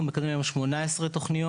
אנחנו מקדמים היום 18 תוכניות.